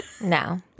No